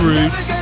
Roots